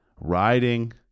riding